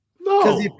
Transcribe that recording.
No